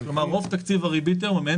כלומר רוב התקציב הריבית היום הוא מעין